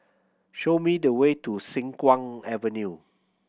show me the way to Siang Kuang Avenue